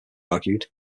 argued